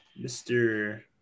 Mr